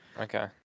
okay